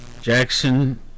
Jackson